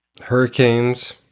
Hurricanes